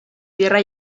tierra